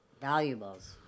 valuables